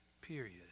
period